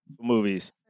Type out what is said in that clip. movies